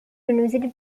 university